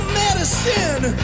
medicine